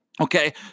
Okay